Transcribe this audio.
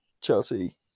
Chelsea